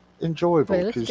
enjoyable